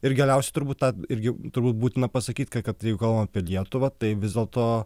ir galiausiai turbūt tą irgi turbūt būtina pasakyti kad jeigu kalbam apie lietuvą tai vis dėlto